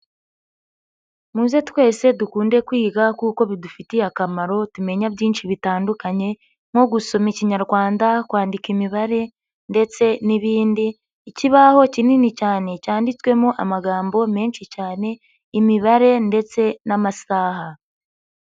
Muze twese dukunde kwiga kuko bidufitiye akamaro tumenya byinshi bitandukanye nko gusoma ikinyarwanda, kwandika imibare, ndetse n'ibindi. Ikibaho kinini cyane cyanditswemo amagambo menshi cyane imibare ndetse n'amasaha.